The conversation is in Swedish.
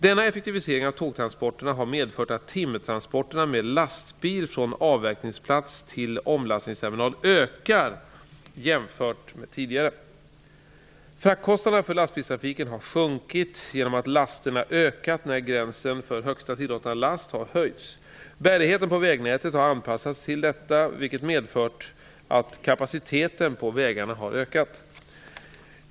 Denna effektivisering av tågtransporterna har medfört att timmertransporterna med lastbil från avverkningsplats till omlastningsterminal ökar jämfört med tidigare. Fraktkostnaderna för lastbilstrafiken har sjunkit genom att lasterna ökat när gränsen för högsta tillåtna last har höjts. Bärigheten på vägnätet har anpassats till detta vilket medfört att kapaciteten på vägarna har ökat.